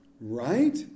right